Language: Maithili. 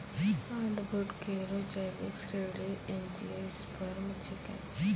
हार्डवुड केरो जैविक श्रेणी एंजियोस्पर्म छिकै